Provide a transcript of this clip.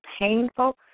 painful